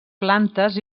plantes